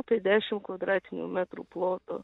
apie dešim kvadratinių metrų ploto